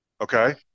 okay